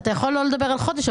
אתה יכול לא לדבר על חודש,